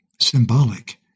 symbolic